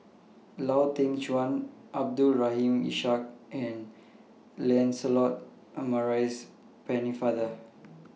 Lau Teng Chuan Abdul Rahim Ishak and Lancelot Maurice Pennefather